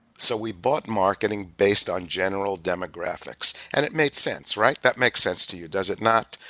so we bought marketing based on general demographics, and it made sense, right? that makes sense to you, does it not?